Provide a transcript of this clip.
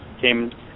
came